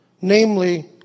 namely